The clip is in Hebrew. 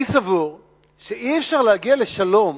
אני סבור שאי-אפשר להגיע לשלום